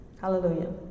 Hallelujah